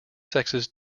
sexes